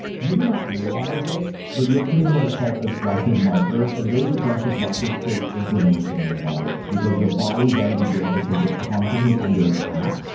you may not realize it, but you're creating what is called aggressive markers. and those aggressive markers create inflammation in the body because your body then begins to think it's constantly under attack,